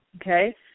Okay